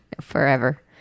Forever